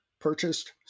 purchased